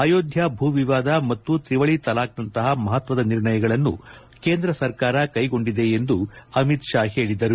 ಅಯೋಧ್ಯಾ ಭೂವಿವಾದ ಮತ್ತು ತ್ರಿವಳಿ ತಲಾಖ್ ನಂತಹ ಮಹತ್ವದ ನಿರ್ಣಯಗಳನ್ನು ಕೇಂದ್ರ ಸರ್ಕಾರ ಕೈಗೊಂಡಿದೆ ಎಂದು ಅಮಿತ್ ಶಾ ಹೇಳಿದರು